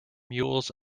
mules